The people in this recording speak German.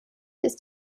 ist